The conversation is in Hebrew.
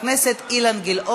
50 מתנגדים, אין